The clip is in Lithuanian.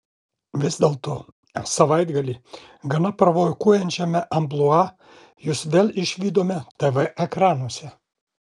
vis dėlto savaitgalį gana provokuojančiame amplua jus vėl išvydome tv ekranuose